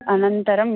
अनन्तरं